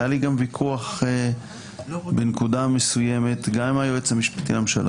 היה לי גם ויכוח בנקודה מסוימת גם היועץ המשפטי לממשלה